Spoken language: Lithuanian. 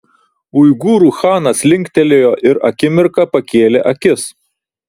uigūrų chanas linktelėjo ir akimirką pakėlė akis